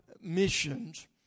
missions